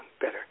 better